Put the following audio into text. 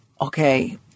okay